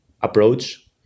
approach